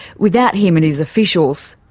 without him and his officials.